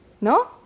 no